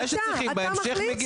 מבינה שאתם לא רוצים מומחים אין בעיה.